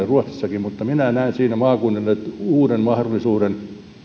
ruotsissakin mutta minä näen siinä maakunnille uuden mahdollisuuden